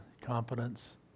competence